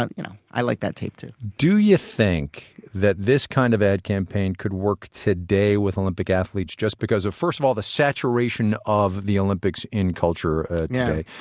ah you know, i like that tape, too do you think that this kind of ad campaign could work today with olympic athletes just because first of all the saturation of the olympics in culture today,